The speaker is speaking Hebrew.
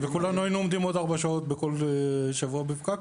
וכולנו היינו עומדים עוד ארבע שעות כל שבוע בפקק.